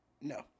No